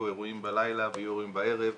אירועים בלילה ויהיו אירועים בערב,